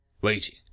waiting